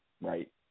right